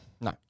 No